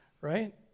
right